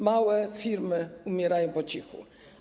Małe firmy umierają po cichu.